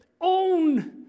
own